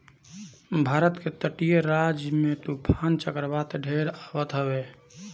भारत के तटीय राज्य में तूफ़ान चक्रवात ढेर आवत हवे